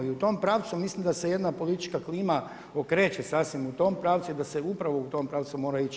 I u tom pravcu mislim da se jedna politička klima okreće sasvim u tom pravcu i da se upravo u tom pravcu mora ići.